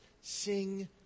sing